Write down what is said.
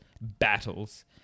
battles